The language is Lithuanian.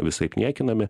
visaip niekinami